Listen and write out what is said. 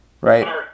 right